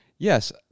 Yes